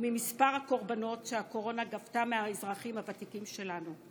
וממספר הקורבנות שהקורונה גבתה מהאזרחים הוותיקים שלנו,